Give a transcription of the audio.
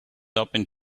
open